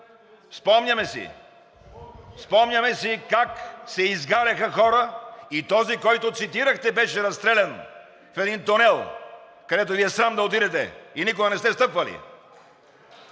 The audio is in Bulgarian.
Спомняме си как се изгаряха хора и този, който цитирахте, беше разстрелян в един тунел, където Ви е срам да отидете и никога не сте стъпвали.